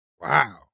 Wow